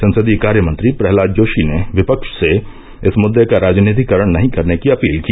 संसदीय कार्य मंत्री प्रहलाद जोशी ने विपक्ष से इस मुद्दे का राजनीतिकरण नहीं करने की अपील की